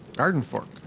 gardenfork.